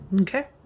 Okay